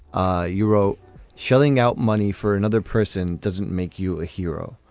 ah you wrote shelling out money for another person doesn't make you a hero